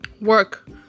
work